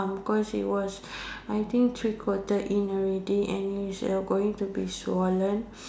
um cos it was I think three quarter in already and it's uh going to be swollen